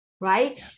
right